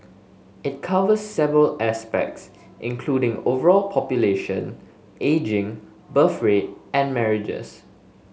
it covers several aspects including overall population ageing birth rate and marriages